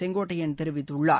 செங்கோட்டையள் தெரிவித்துள்ளார்